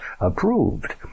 approved